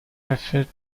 referred